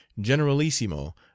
generalissimo